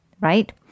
right